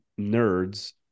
nerds